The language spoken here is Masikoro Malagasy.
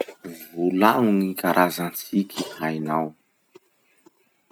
Volagno gny karaza siky hainao.